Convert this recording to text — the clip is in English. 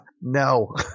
No